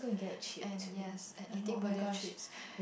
and yes and eating potato chips